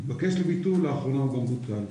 התבקש לביטול ולאחרונה הוא גם בוטל.